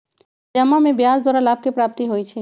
जमा में ब्याज द्वारा लाभ के प्राप्ति होइ छइ